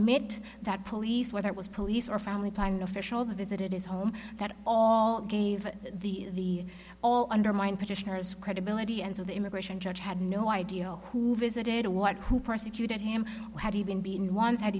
maid that police whether it was police or family planning officials visited his home that all gave the all undermined petitioner's credibility and so the immigration judge had no idea who visited what who prosecuted him had he been beaten once had